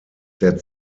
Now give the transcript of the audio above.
der